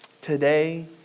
today